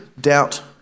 doubt